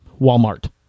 Walmart